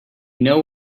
know